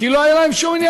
כי לא היה להן מחסה.